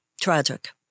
tragic